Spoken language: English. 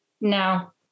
No